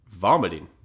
vomiting